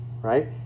right